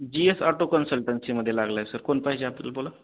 जी S auto कन्सल्टन्सीमध्ये लागलाय sir कोण पाहिजे आपल्याल बोला